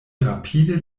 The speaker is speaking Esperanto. rapide